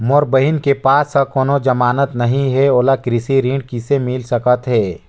मोर बहिन के पास ह कोनो जमानत नहीं हे, ओला कृषि ऋण किसे मिल सकत हे?